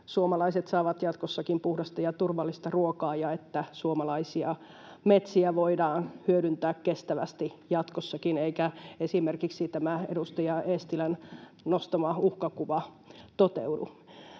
että suomalaiset saavat jatkossakin puhdasta ja turvallista ruokaa ja että suomalaisia metsiä voidaan hyödyntää kestävästi jatkossakin eikä esimerkiksi tämä edustaja Eestilän nostama uhkakuva toteudu.